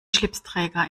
schlipsträger